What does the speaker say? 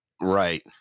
Right